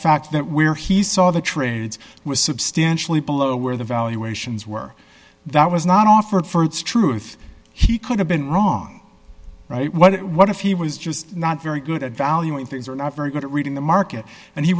fact that where he saw the trades was substantially below where the valuations were that was not offered for its truth he could've been wrong right what it what if he was just not very good at valuing things or not very good at reading the market and he